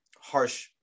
harsh